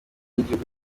gihugu